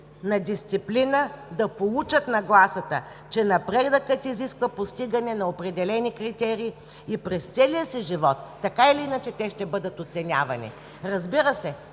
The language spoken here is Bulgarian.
на дисциплина, да получат нагласата, че напредъкът изисква постигане на определени критерии и през целия си живот така или иначе те ще бъдат оценявани. Разбира се,